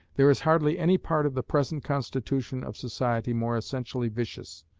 there is hardly any part of the present constitution of society more essentially vicious,